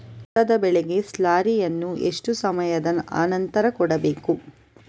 ಭತ್ತದ ಬೆಳೆಗೆ ಸ್ಲಾರಿಯನು ಎಷ್ಟು ಸಮಯದ ಆನಂತರ ಕೊಡಬೇಕು?